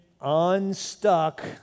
unstuck